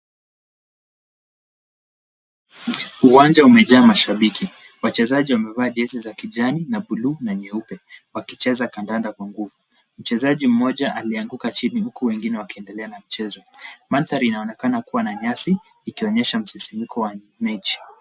Uwanja umejaa mashabiki. Wachezaji wamevaa jezi za kijani na buluu na nyeupe, wakicheza kandanda kwa nguvu. Mchezaji mmoja alianguka chini huku wengine wakiendelea na mchezo. Mandhari inaonekana kuwa na nyasi, ikionyesha msisimko wa mechi.